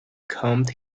combed